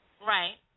Right